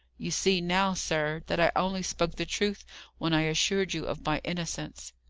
you see now, sir, that i only spoke the truth when i assured you of my innocence.